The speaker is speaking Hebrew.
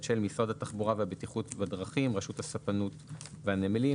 של משרד התחבורה והבטיחות בדרכים רשות הספנות והנמלים.